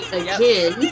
again